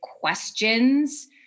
questions